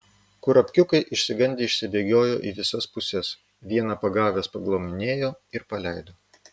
kurapkiukai išsigandę išsibėgiojo į visas puses vieną pagavęs paglamonėjo ir paleido